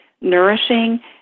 nourishing